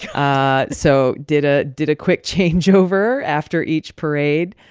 ah so did ah did a quick changeover after each parade,